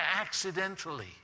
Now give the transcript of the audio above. accidentally